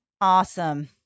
Awesome